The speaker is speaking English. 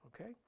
Okay